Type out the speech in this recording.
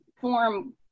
form